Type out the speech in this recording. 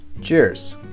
cheers